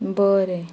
बरें